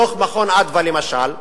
דוח "מרכז אדוה" למשל,